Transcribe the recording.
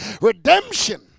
redemption